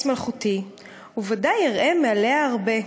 / האבן היא כס מלכותי, וודאי אראה מעליה הרבה,